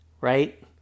right